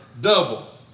double